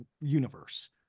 universe